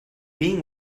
being